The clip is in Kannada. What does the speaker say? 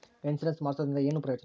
ಇನ್ಸುರೆನ್ಸ್ ಮಾಡ್ಸೋದರಿಂದ ಏನು ಪ್ರಯೋಜನ?